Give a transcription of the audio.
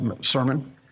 sermon